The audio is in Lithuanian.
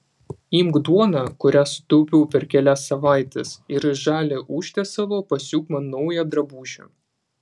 imk duoną kurią sutaupiau per kelias savaites ir iš žalio užtiesalo pasiūk man naują drabužį